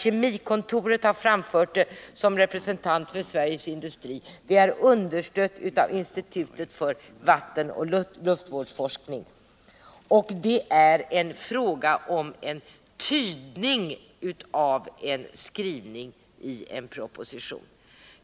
Kemikontoret har som representant för Sveriges industri framfört detta. Det är understött av Institutet för vattenoch luftvårdsforskning. Och det är en fråga om tydning av en skrivning i en proposition.